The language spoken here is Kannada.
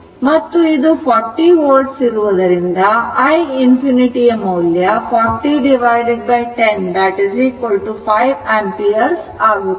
ಮತ್ತು ಇದು 40 volt ಇರುವುದರಿಂದ i ∞ ಮೌಲ್ಯ 4010 4 ampere ಆಗುತ್ತದೆ